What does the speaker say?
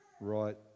right